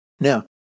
Now